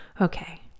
Okay